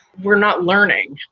we're not learning.